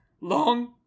long